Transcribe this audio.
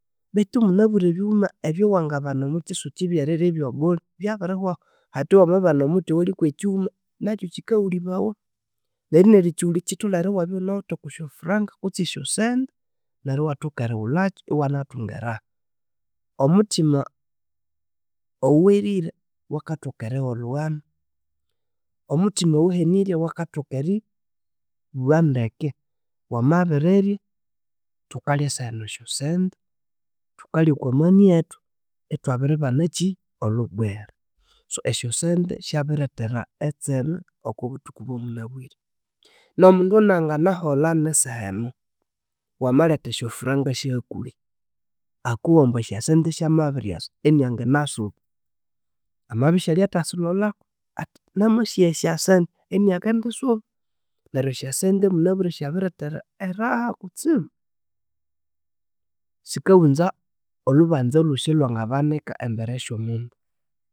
Bethu munabire ebiwuma ebya wangabana omukyisukyi ebyerirya ebyabule byabirihwahu hathya wamabana omuthi owalhi kwekiwuma nakyu kyikawulibawa neryo erikyiwulhya kyitholere iwunawithe okosyofuranga kutse esyosente, neryo iwathoka eriwulhakyo iwanathunga eraha. Omuthima owerire wakathoka erigha olhuwanu, omuthima owahenirye wakathoka eribuwagha ndeke wamabirirya. Thukalya eseheno esyosente, thukalya okomani ethu ithwabiribana ekyi olhubwele. So esyosente syabirirethera etseme okobuthuku bwamunabwire. Nomundu nanganaholha neseheno wamaletha esyofuranga syahakuhi akowa amubu esyasente syamabiryasa inianginasuba amabya isyalhya thasilholako athi namasiya esyasente inakendisuba. Neryo esyasente munabirre syabiriretera eraha kutsibu. Sikawuza olhubanza olhosi olhwangabanika embere esyomundu